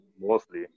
mostly